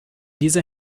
dieser